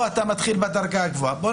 לכן אני מציע שלא נתחיל בדרגה הכי גבוהה, אלא